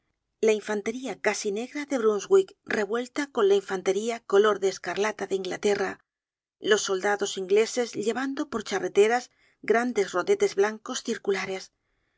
la infantería casi negra de brunswick revuelta con la infantería color de escarlata de inglaterra los soldados ingleses llevando por charreteras grandes rodetes blancos circulares